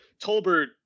Tolbert